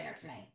tonight